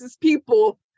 people